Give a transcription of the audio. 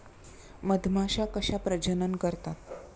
मधमाश्या कशा प्रजनन करतात?